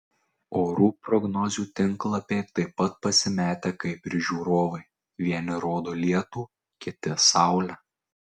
orų prognozių tinklapiai taip pat pasimetę kaip ir žiūrovai vieni rodo lietų kiti saulę